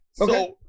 okay